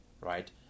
right